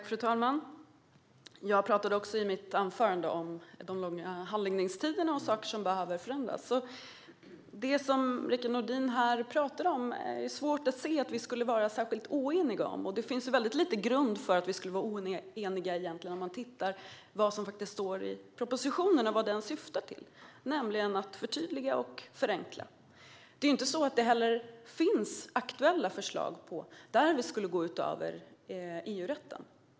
Fru talman! Jag talade också i mitt anförande om de långa handläggningstiderna och saker som behöver förändras. Det är svårt att se att vi skulle vara särskilt oeniga om det som Rickard Nordin talar om. Det finns egentligen liten grund för oenighet om man tittar på vad som faktiskt står i propositionen och vad den syftar till, nämligen att förtydliga och förenkla. Det finns inte heller aktuella förslag som skulle innebära att vi gick utöver EU-rätten.